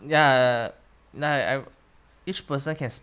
ya no I I each person can